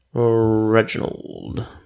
Reginald